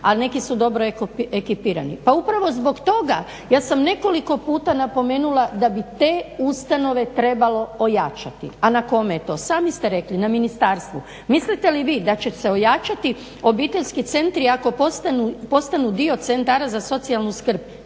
a neki su dobro ekipirani. Pa upravo zbog toga ja sam nekoliko puta napomenula da bi te ustanove trebalo ojačati. A na kome je to? Sami ste rekli na ministarstvu. Mislite li vi da će se ojačati obiteljski centri ako postanu dio centara za socijalnu skrb?